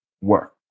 work